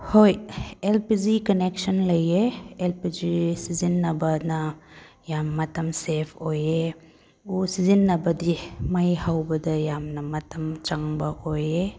ꯍꯣꯏ L P G connection ꯂꯩꯌꯦ L P G ꯁꯤꯖꯤꯟꯅꯕꯅ ꯌꯥꯝ ꯃꯇꯝ ꯁꯦꯞ ꯑꯣꯏꯌꯦ ꯎ ꯁꯤꯖꯤꯟꯅꯕꯗꯤ ꯃꯩ ꯍꯧꯕꯗ ꯌꯥꯝꯅ ꯃꯇꯝ ꯆꯪꯕ ꯑꯣꯏꯌꯦ